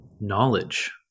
knowledge